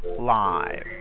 live